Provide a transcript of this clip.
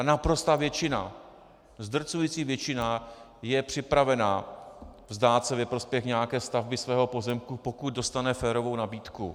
Naprostá většina, zdrcující většina je připravena vzdát se ve prospěch nějaké stavby svého pozemku, pokud dostane férovou nabídku.